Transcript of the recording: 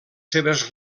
seves